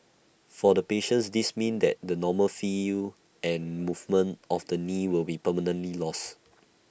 for the patient this mean that the normal feel and movement of the knee will be permanently lost